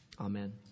Amen